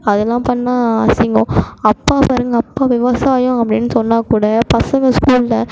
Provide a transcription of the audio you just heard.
அதலாம் பண்ணால் அசிங்கம் அப்பா பாருங்க அப்பா விவசாயம் அப்படின்னு சொன்னால் கூட பசங்கள் ஸ்கூலில்